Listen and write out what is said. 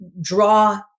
draw